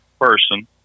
person